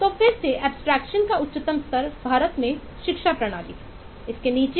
तो फिर से एब्स्ट्रेक्शन आदि हैं